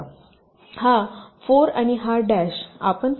हा 4 आणि हा डॅश आपण त्यांना स्वॅप कराहे व्हा